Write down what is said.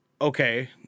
okay